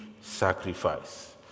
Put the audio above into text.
sacrifice